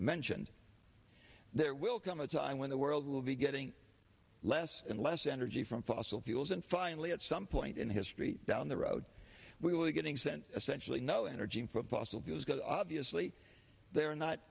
mentioned there will come a time when the world will be getting less and less energy from fossil fuels and finally at some point in history down the road we will be getting sent essentially no energy from fossil fuels goes obviously they are not